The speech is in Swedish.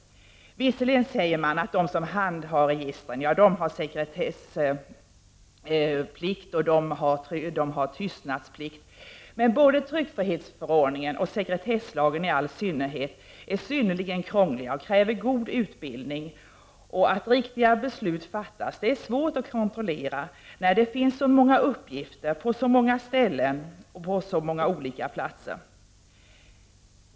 Visserligen säger man att de som handhar registren har tystnadsplikt. Men både tryckfrihetsförordningen och sekretesslagen i all synnerhet är krångligt utformade, och det krävs god utbildning vid tillämpning av dessa lagar. Det är svårt att kontrollera att riktiga beslut fattas när det finns så många uppgifter i så många olika register på så många olika platser.